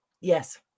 Yes